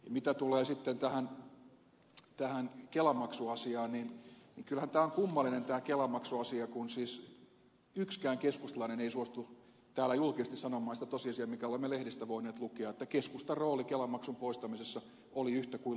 mitä tulee sitten tähän kelamaksuasiaan niin kyllähän tämä on kummallinen tämä kelamaksuasia kun siis yksikään keskustalainen ei suostu täällä julkisesti sanomaan sitä tosiasiaa minkä olemme lehdistä voineet lukea että keskustan rooli kelamaksun poistamisessa oli yhtä kuin lukea se lehdestä